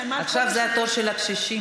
עכשיו זה התור של הקשישים,